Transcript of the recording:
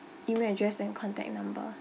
email address and contact number